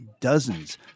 dozens